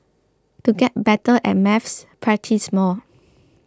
to get better at maths practise more